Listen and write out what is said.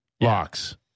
Locks